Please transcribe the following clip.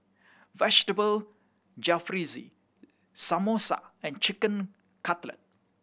Vegetable Jalfrezi Samosa and Chicken Cutlet